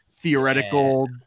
Theoretical